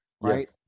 right